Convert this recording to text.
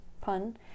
pun